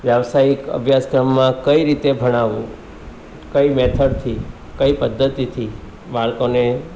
વ્યાવસાયિક અભ્યાસક્રમમાં કઈ રીતે ભણાવવું કઈ મેથડથી કઈ પદ્ધતિથી બાળકોને